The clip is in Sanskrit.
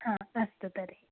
हा अस्तु तर्हि